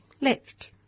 left